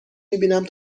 میبینم